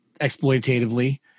exploitatively